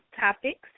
topics